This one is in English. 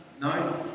No